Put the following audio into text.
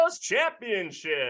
championship